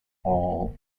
all